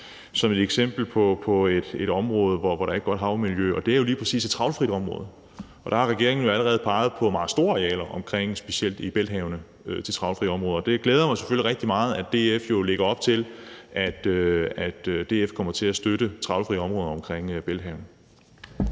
som et eksempel på et område, hvor der ikke var havmiljø, og det er jo lige præcis et trawlfrit område, og der har regeringen allerede peget på meget store arealer og specielt områder i Bælthavet til trawlfrie områder, og det glæder mig selvfølgelig rigtig meget, at DF lægger op til, at DF kommer til at støtte trawlfrie områder i Bælthavet.